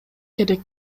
керек